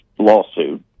lawsuit